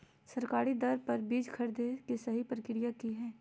सरकारी दर पर बीज खरीदें के सही प्रक्रिया की हय?